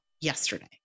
yesterday